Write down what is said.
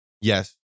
yes